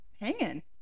hanging